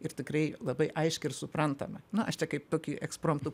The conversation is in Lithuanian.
ir tikrai labai aiški ir suprantama na aš kaip tokį ekspromtu